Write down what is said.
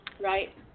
right